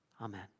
Amen